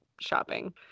shopping